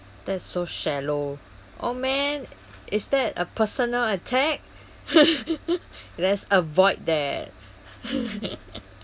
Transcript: that's so shallow oh man is that a personal attack let's avoid that